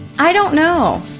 i don't know